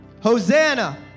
Hosanna